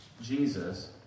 Jesus